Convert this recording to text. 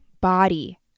body